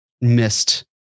missed